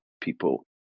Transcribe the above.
people